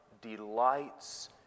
delights